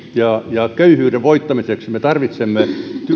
ja köyhyyden voittamiseksi me tarvitsemme